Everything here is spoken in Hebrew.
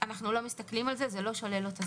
אנחנו לא מסתכלים על זה, זה לא שולל לו את הזכות.